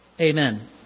Amen